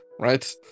right